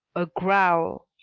a growl.